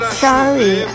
sorry